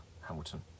Hamilton